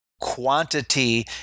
Quantity